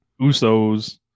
Usos